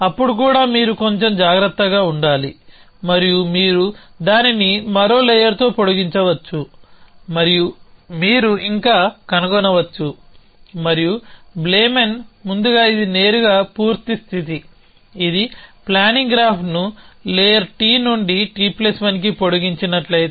కానీ అప్పుడు కూడా మీరు కొంచెం జాగ్రత్తగా ఉండాలి మరియు మీరు దానిని మరో లేయర్తో పొడిగించవచ్చు మరియు మీరు ఇంకా కనుగొనవచ్చు మరియు బ్లేమెన్ ముందుగా ఇది నేరుగా పూర్తి స్థితి ఇది ప్లానింగ్ గ్రాఫ్ను లేయర్ T నుండి T1 కి పొడిగించినట్లయితే